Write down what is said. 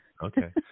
Okay